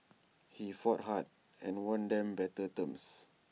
he fought hard and won them better terms